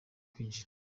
kwinjira